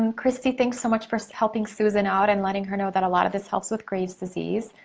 um christi, thanks so much for helping susan out and letting her know that a lot of this helps with grave's disease.